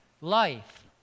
life